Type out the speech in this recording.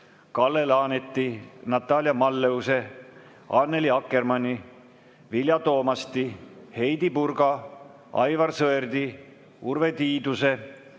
Kalle Laaneti, Natalia Malleuse, Annely Akkermanni, Vilja Toomasti, Heidy Purga, Aivar Sõerdi, Urve Tiiduse,